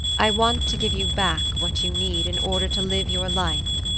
i want to give you back what you need in order to live your life.